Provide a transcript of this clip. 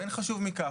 ואין חשוב מכך.